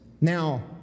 Now